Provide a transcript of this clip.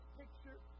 picture